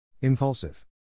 Impulsive